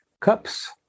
Cups